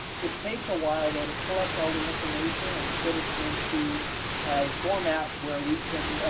it takes awhile, though, to collect all the information and to put it into a format where we can,